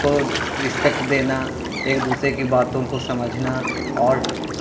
کو رسپیکٹ دینا ایک دوسرے کی باتوں کو سمجھنا اور